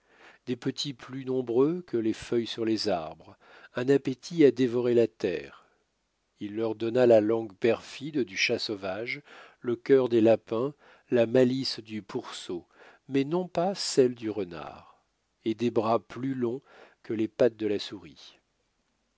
des petits plus nombreux que les feuilles sur les arbres un appétit à dévorer la terre il leur donna la langue perfide du chat sauvage le cœur des lapins la malice du pourceau mais non pas celle du renard et des bras plus longs que les pattes de la souris